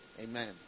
Amen